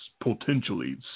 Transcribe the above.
potentially